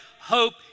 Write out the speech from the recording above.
hope